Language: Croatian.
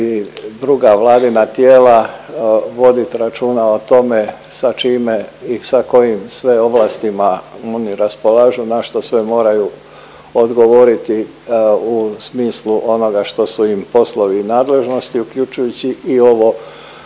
druga vladina tijela vodit računa o tome sa čime i sa kojim sve ovlastima oni raspolažu, na što sve moraju odgovoriti u smislu onoga što su im poslovi nadležnosti, uključujući i ovo